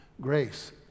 grace